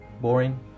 boring